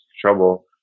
trouble